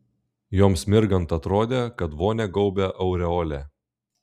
joms mirgant atrodė kad vonią gaubia aureolė